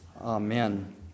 Amen